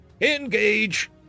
engage